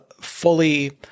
fully